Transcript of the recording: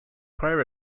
prior